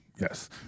Yes